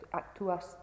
actúas